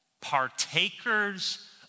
Partakers